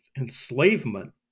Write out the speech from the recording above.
enslavement